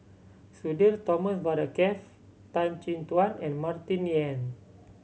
Sudhir Thomas Vadaketh Tan Chin Tuan and Martin Yan